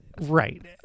Right